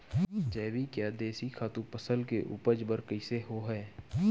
जैविक या देशी खातु फसल के उपज बर कइसे होहय?